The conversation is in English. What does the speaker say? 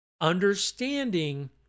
understanding